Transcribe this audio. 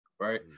right